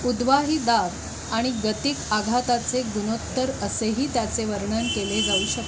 उद्वाही दाब आणि गतिक आघाताचे गुणोत्तर असेही त्याचे वर्णन केले जाऊ शकते